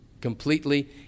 completely